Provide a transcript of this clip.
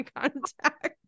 contact